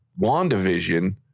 WandaVision